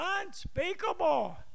unspeakable